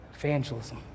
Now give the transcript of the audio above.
Evangelism